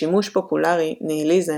בשימוש פופולרי, "ניהיליזם"